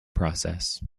process